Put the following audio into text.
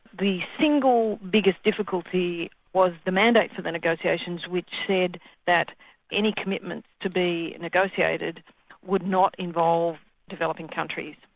the single biggest difficulty was the mandate for the negotiations, which said that any commitment to be negotiated would not involve developing countries.